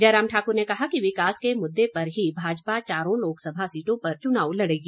जयराम ठाकुर ने कहा कि विकास के मुद्दे पर ही भाजपा चारों लोकसभा सीटों पर चुनाव लड़ेगी